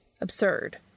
Absurd